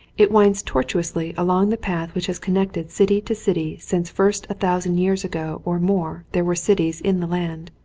it winds tortuously along the path which has connected city to city since first a thousand years ago or more there were cities in the land.